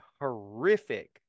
horrific